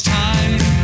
time